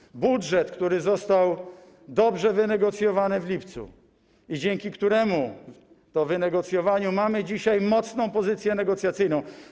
Chodzi o budżet, który został dobrze wynegocjowany w lipcu i dzięki któremu po wynegocjowaniu mamy dzisiaj mocną pozycję negocjacyjną.